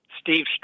Steve